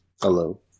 hello